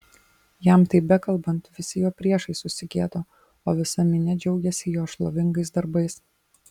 jam tai bekalbant visi jo priešai susigėdo o visa minia džiaugėsi jo šlovingais darbais